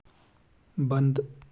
बंद